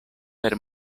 per